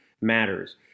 matters